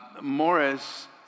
Morris